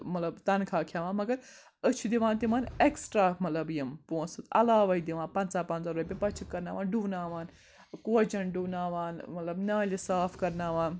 مطلب تَنخواہ کھی۪وان مگر أسۍ چھِ دِوان تِمَن ایٚکسٹرا مطلب یِم پونٛسہٕ علاوَے دِوان پَنٛژاہ پَنژاہ رۄپیہِ پَتہٕ چھِ کَرناوان ڈُناوان کوچَن ڈُناوان مطلب نالہِ صاف کَرناوان